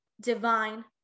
divine